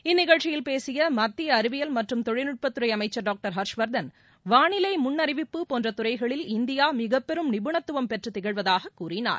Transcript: இந்நிகழ்ச்சியில் பேசிய மத்திய அறிவியல் மற்றும் தொழில்நுட்பத்துறை அமைச்சர் டாக்டர் ஹர்ஷ்வர்தன் வாளிலை முன்னறிவிப்பு போன்ற துறைகளில் இந்தியா மிகப்பெரும் நிபுணத்துவம் பெற்று திகழ்வதாக கூறினார்